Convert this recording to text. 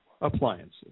appliances